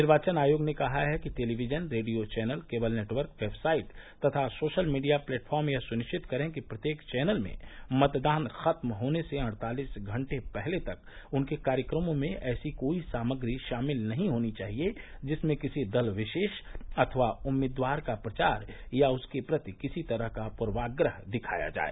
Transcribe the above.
निर्वाचन आयोग ने कहा है कि television radio channel cable network website तथा सोशल मीडिया प्लेटफॉर्म यह सुनिश्चित करे कि प्रत्येक चैनल में मतदान खत्म होने से अड़तालिस घंटे पहले तक उनके कार्यक्रमों में ऐसी कोई सामग्री शामिल नहीं होनी चाहिए जिसमें किसी दल विशेष अथवा उम्मीदवार का प्रचार या उसके प्रति किसी तरह का पूर्वाग्रह दिखाया जाय